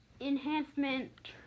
Enhancement